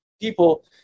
people